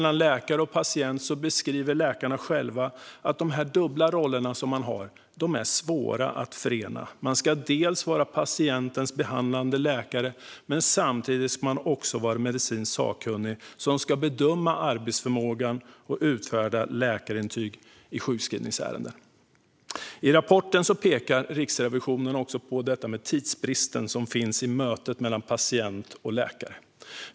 Läkarna själva beskriver att de dubbla roller de har är svåra att förena. De ska dels vara patientens behandlande läkare, dels vara medicinskt sakkunnig och bedöma arbetsförmågan och utfärda läkarintyg i sjukskrivningsärenden. I rapporten pekar Riksrevisionen också på den tidsbrist som finns i mötet mellan patient och läkare.